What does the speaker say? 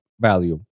value